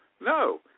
No